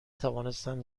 توانستند